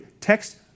Text